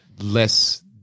less